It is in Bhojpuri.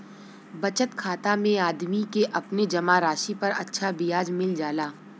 बचत खाता में आदमी के अपने जमा राशि पर अच्छा ब्याज मिल जाला